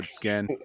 again